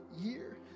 year